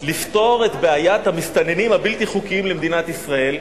לפתור את בעיית המסתננים הבלתי-חוקיים למדינת ישראל.